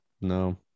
No